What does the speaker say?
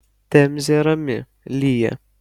temzė rami lyja